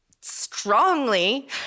strongly